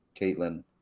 Caitlin